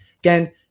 again